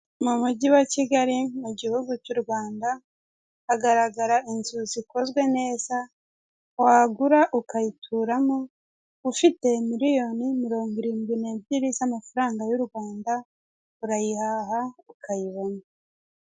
Mu mugi wa Kigali mu gihugu cy'u Rwanda hagaragara inzu ikozwe neza wagura ukayituramo ufite miriyoni mirongo irindwi n'ebyiri z'amafaranga y'u Rwanda urayihaha ukayibamo.